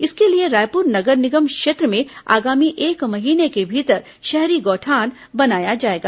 इसके लिए रायपुर नगर निगम क्षेत्र म आगामी एक महीने के भीतर शहरी गौठान बनाया जाएगा